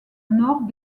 nord